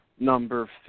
number